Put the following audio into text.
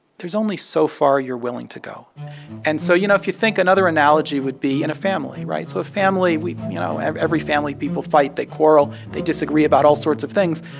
there's only so far you're willing to go and so you know, if you think, another analogy would be in a family. right? so a family, we you know, every family, people fight they quarrel they disagree about all sorts of things.